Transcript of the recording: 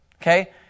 okay